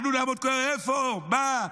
אנחנו נעמוד כולם, איפה, מה.